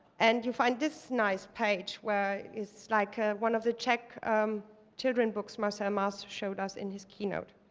and you find this nice page where it's like one of the czech children books marcell mars showed us in his keynote.